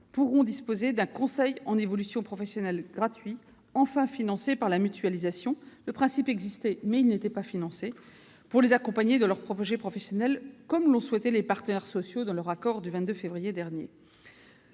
pourront disposer d'un conseil en évolution professionnelle gratuit, enfin financé par la mutualisation- le principe existait, mais il n'était pas financé -pour les accompagner dans leurs projets professionnels, ainsi que l'ont souhaité les partenaires sociaux dans leur accord du 22 février dernier.